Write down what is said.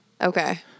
Okay